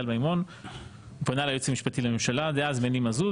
מימון פנה ליועץ המשפטי לממשלה דאז מני מזוז,